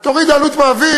תוריד עלות מעביד,